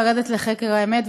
לרדת לחקר האמת,